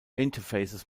interfaces